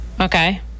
Okay